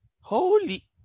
Holy